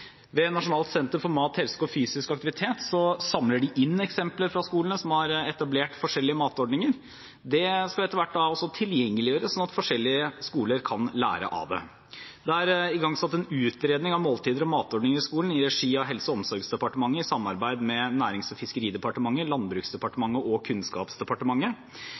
Ved Nasjonalt senter for mat, helse og fysisk aktivitet samler de inn eksempler fra skoler som har etablert forskjellige matordninger. Det skal etter hvert også gjøres tilgjengelig, slik at forskjellige skoler kan lære av det. Det er igangsatt en utredning av måltider og matordninger i skolen i regi av Helse- og omsorgsdepartementet i samarbeid med Nærings- og fiskeridepartementet, Landbruksdepartementet og Kunnskapsdepartementet.